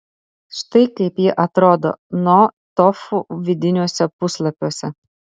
štai kaip ji atrodo no tofu vidiniuose puslapiuose